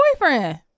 boyfriend